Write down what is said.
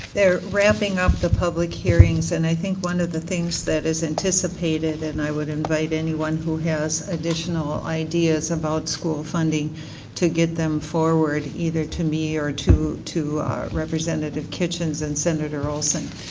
they're wrapping up the public hearings and i think one of the things that is anticipated, and i would invite anyone who has additional ideas about school funding to get them forward, either to me or to to representative kitchens and senator olson.